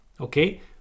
okay